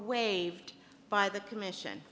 waived by the commission